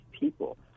people